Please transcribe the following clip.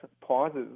pauses